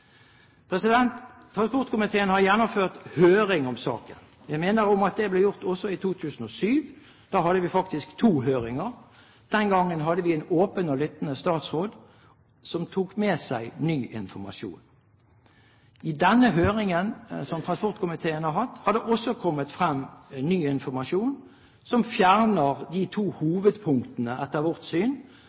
Transportkomiteen har gjennomført høring om saken. Jeg minner om at det ble gjort også i 2007 – da hadde vi faktisk to høringer. Den gangen hadde vi en åpen og lyttende statsråd, som tok med seg ny informasjon. I denne høringen som transportkomiteen har hatt, har det også kommet frem ny informasjon som fjerner de to hovedpunktene – etter vårt syn